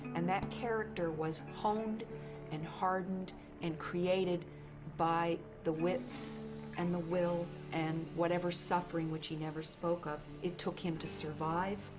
and that character was honed and hardened and created by the wits and the will and whatever suffering which he never spoke of. it took him to survive.